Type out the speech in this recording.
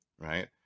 right